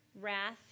wrath